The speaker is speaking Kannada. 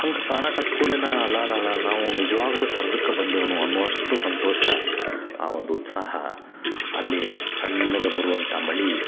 ಹಂಗ ಕಾಣಾಕತ್ತ್ ಕೂಡಲೆ ನಾ ಅಲಲಲ ನಾವು ನಿಜ್ವಾಗಲು ಸ್ವರ್ಗಕ್ಕೆ ಬಂದೇವು ಏನೋ ಅನ್ನುವಷ್ಟು ಸಂತೋಷ ಆ ಒಂದು ಉತ್ಸಾಹ ಅಲ್ಲಿ ಸಣ್ಣಕ್ಕೆ ಬರುವಂಥ ಮಳೆ